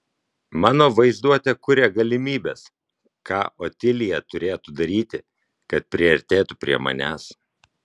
mano vaizduotė kuria galimybes ką otilija turėtų daryti kad priartėtų prie manęs